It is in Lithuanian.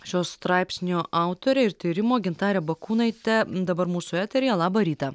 šio straipsnio autorė ir tyrimo gintarė bakūnaitė dabar mūsų eteryje labą rytą